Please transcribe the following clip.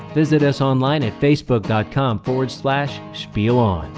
visit us online at facebook com spielon.